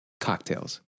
Cocktails